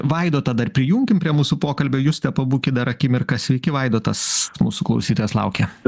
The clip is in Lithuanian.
vaidotą dar prijunkim prie mūsų pokalbio juste pabūkit dar akimirką sveiki vaidotas mūsų klausytojas laukia